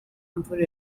imvura